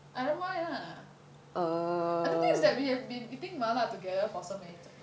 I don't mind lah the thing is that we've been eating mala together for so many like